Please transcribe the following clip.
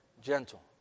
gentle